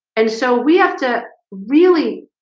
and so we have to really